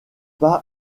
pas